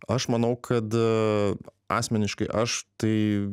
aš manau kad asmeniškai aš tai